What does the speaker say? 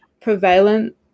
prevalent